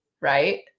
Right